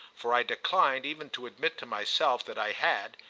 for i declined even to admit to myself that i had,